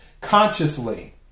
Consciously